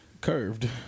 curved